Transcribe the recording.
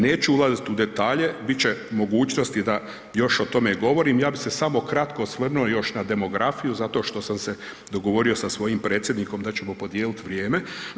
Neću ulaziti u detalje, bit će mogućnosti da još o tome govorim, ja bih se samo kratko osvrnuo još na demografiju zato što sam se dogovorio sa svojim predsjednikom da ćemo podijeliti vrijeme.